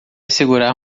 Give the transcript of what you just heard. segurar